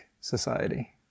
society